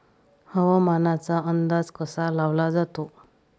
हवामानाचा अंदाज कसा लावला जाते?